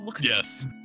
Yes